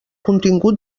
contingut